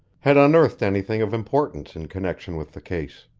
had unearthed anything of importance in connection with the case.